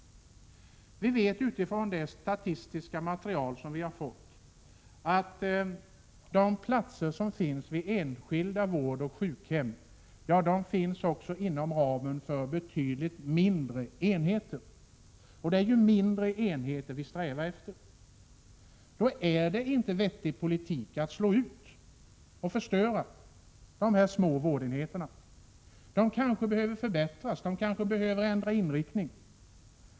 Utifrån det statistiska material som vi har fått vet vi att de platser som finns vid enskilda vårdoch sjukhem existerar inom ramen för betydligt mindre enheter, och det är ju mindre enheter som vi strävar efter. Därför är det inte vettig politik att slå ut och förstöra dessa små vårdenheter. De kanske behöver förbättras och ändra inriktning.